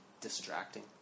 distracting